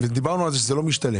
ודיברנו על זה שזה לא משתלם.